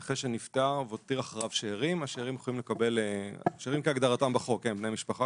נכה שנפטר והותיר אחריו שאירים כהגדרתם בחוק כמובן בני משפחה